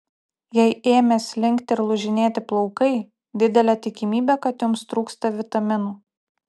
jei ėmė slinkti ir lūžinėti plaukai didelė tikimybė kad jums trūksta vitaminų